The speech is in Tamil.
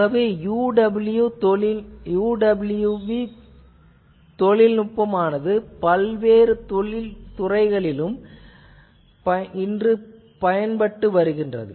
ஆகவே UWB தொழில்நுட்பம் பல்வேறு துறைகளில் பயன்படுகிறது